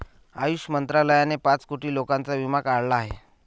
आयुष मंत्रालयाने पाच कोटी लोकांचा विमा काढला आहे